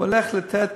הוא הולך לתת